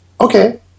Okay